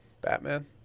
Batman